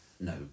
no